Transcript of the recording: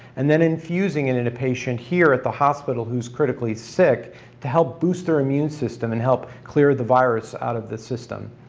and then infusing it and in a patient here at the hospital who is critically sick to help boost their immune system and help clear the virus out of the system,